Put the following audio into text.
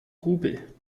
rubel